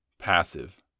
Passive